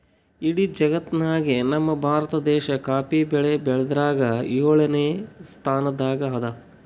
ಇಡೀ ಜಗತ್ತ್ನಾಗೆ ನಮ್ ಭಾರತ ದೇಶ್ ಕಾಫಿ ಬೆಳಿ ಬೆಳ್ಯಾದ್ರಾಗ್ ಯೋಳನೆ ಸ್ತಾನದಾಗ್ ಅದಾ